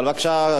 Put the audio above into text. בבקשה,